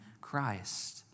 Christ